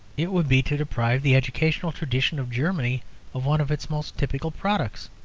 it would be to deprive the educational tradition of germany of one of its most typical products.